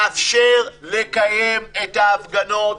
לאפשר לקיים את ההפגנות